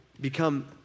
become